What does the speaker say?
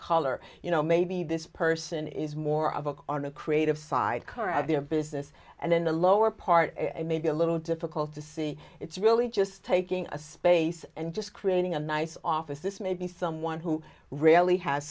color you know maybe this person is more of a on the creative side car of their business and then the lower part and maybe a little difficult to see it's really just taking a space and just creating a nice office this maybe someone who really ha